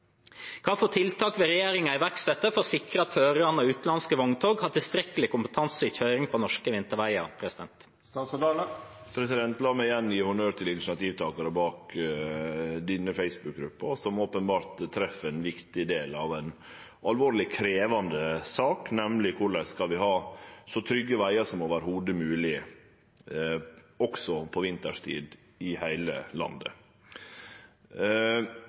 tiltak vil regjeringen iverksette for å sikre at førere av utenlandske vogntog har tilstrekkelig kompetanse i kjøring på norske vinterveier?» La meg igjen gje honnør til initiativtakarane bak denne Facebook-gruppa, som openbert treffer ein viktig del av ei alvorleg og krevjande sak, nemleg korleis vi skal ha så trygge vegar som mogleg, også på vinterstid i heile landet.